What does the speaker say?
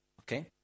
Okay